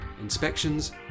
inspections